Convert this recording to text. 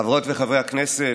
חברות וחברי הכנסת,